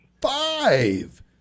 Five